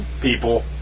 people